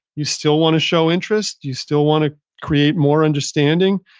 you still want to show interest, you still want to create more understanding,